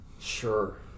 Sure